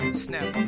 snap